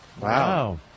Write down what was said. Wow